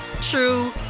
true